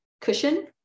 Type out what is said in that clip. cushion